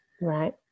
Right